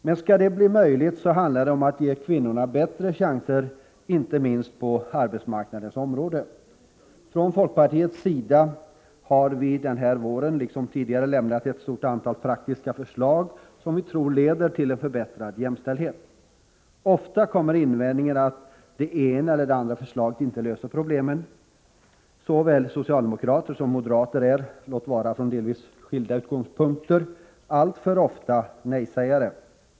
Men skall detta bli möjligt handlar det om att ge kvinnorna bättre chanser, inte minst på arbetsmarknadens område. Från folkpartiets sida har vi den här våren liksom tidigare lämnat ett stort antal praktiska förslag som vi tror leder till en förbättrad jämställdhet. Ofta kommer invändningen att det ena eller det andra förslaget inte löser problemen. Såväl socialdemokrater som moderater är — låt vara från delvis skilda utgångspunkter — alltför ofta nej-sägare.